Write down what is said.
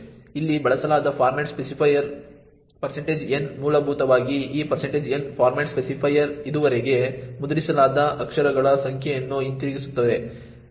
ಇಲ್ಲಿ ಬಳಸಲಾದ format specifier n ಮೂಲಭೂತವಾಗಿ ಈ n ಫಾರ್ಮ್ಯಾಟ್ ಸ್ಪೆಸಿಫೈಯರ್ ಇದುವರೆಗೆ ಮುದ್ರಿಸಲಾದ ಅಕ್ಷರಗಳ ಸಂಖ್ಯೆಯನ್ನು ಹಿಂತಿರುಗಿಸುತ್ತದೆ